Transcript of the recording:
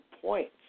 points